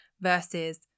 versus